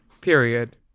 Period